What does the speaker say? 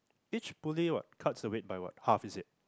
each pulley what cuts the weight by what half is it